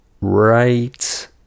right